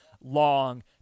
long